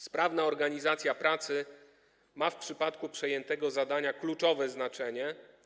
Sprawna organizacja pracy ma w przypadku przejętego zadania kluczowe znaczenie.